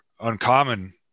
uncommon